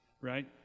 Right